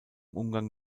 umgang